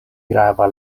grava